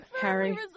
Harry